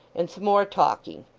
and some more talking,